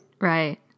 Right